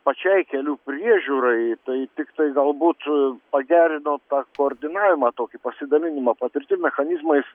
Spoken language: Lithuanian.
pačiai kelių priežiūrai tai tiktai galbūt pagerino koordinavimą tokį pasidalinimą patirtim mechanizmais